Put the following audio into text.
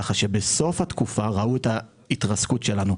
כך שבסוף התקופה ראו את ההתרסקות שלנו.